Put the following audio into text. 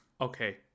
Okay